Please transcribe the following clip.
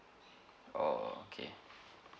orh okay